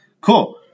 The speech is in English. Cool